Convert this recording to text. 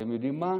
אתם יודעים מה,